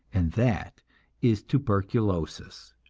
and that is tuberculosis,